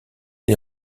les